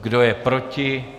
Kdo je proti?